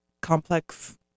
complex